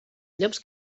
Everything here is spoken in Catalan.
llops